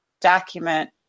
document